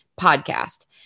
podcast